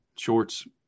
shorts